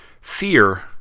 Fear